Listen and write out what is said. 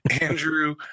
Andrew